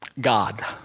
God